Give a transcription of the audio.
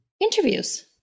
interviews